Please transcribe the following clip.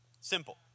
Simple